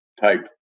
type